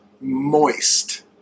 moist